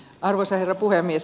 arvoisa herra puhemies